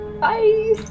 Bye